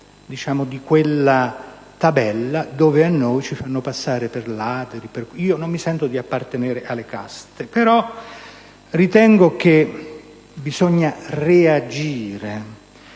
fonte di quella tabella nella quale ci fanno passare per ladri. Non mi sento di appartenere alle caste, ma ritengo che bisogna reagire.